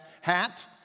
hat